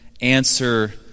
answer